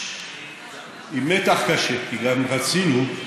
עם מתח קשה, כי גם רצינו,